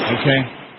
Okay